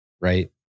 right